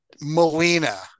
melina